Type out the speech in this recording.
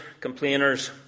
complainers